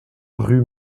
rue